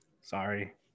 sorry